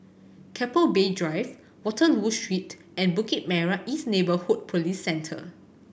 Keppel Bay Drives Waterloo Street and Bukit Merah East Neighbourhood Police Centre